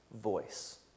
voice